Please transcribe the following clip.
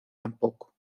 tampoco